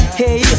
hey